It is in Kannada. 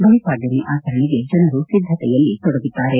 ಬಲಿಪಾಡ್ಣಮಿ ಆಚರಣೆಗೆ ಜನರು ಸಿದ್ದತೆಯಲ್ಲಿ ತೊಡಗಿದ್ದಾರೆ